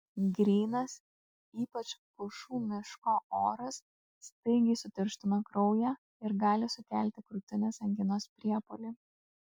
grynas ypač pušų miško oras staigiai sutirština kraują ir gali sukelti krūtinės anginos priepuolį